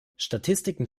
statistiken